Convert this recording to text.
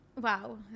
Wow